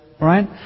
Right